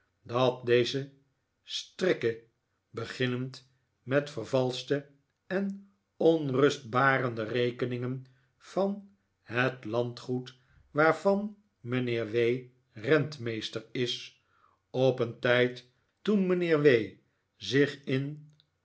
dat deze strikken beginnend met vervalschte en onrustbarende rekeningen van het landgoed waarvan mijnheer w rentmeester is op een tijd toen mijnheer w zich in